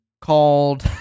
called